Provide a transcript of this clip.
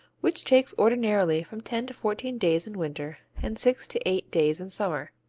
which takes ordinarily from ten to fourteen days in winter and six to eight days in summer.